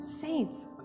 saints